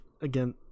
again